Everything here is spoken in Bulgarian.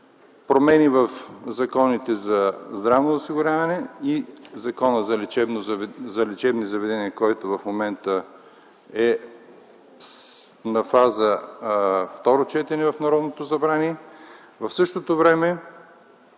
промени в Закона за здравно осигуряване и Закона за лечебните заведения, който в момента е на фаза второ четене в Народното събрание. В същото време,